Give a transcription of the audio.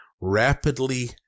rapidly